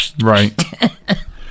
right